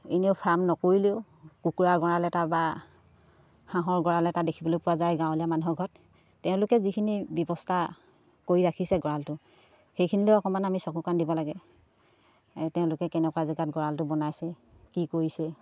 এনেও ফাৰ্ম নকৰিলেও কুকুৰা গঁৰাল এটা বা হাঁহৰ গঁৰাল এটা দেখিবলৈ পোৱা যায় গাঁৱলীয়া মানুহৰ ঘৰত তেওঁলোকে যিখিনি ব্যৱস্থা কৰি ৰাখিছে গঁৰালটো সেইখিনিলেও অকণমান আমি চকু কাণ দিব লাগে তেওঁলোকে কেনেকুৱা জেগাত গঁৰালটো বনাইছে কি কৰিছে